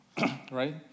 Right